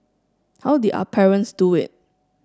how did our parents do it